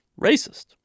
racist